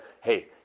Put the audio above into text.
hey